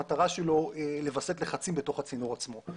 והמטרה שלו היא לווסת לחצים בתוך הצינור עצמו.